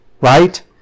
right